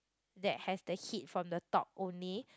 that has the heat from the top only